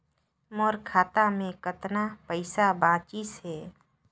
मोर खाता मे कतना पइसा बाचिस हे?